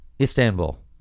Istanbul